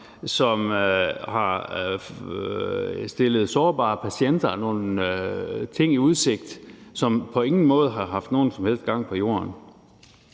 som har stillet sårbare patienter nogle ting i udsigt, som på ingen måde har haft nogen som helst gang på jorden.